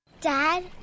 Dad